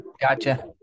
gotcha